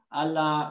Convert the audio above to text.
alla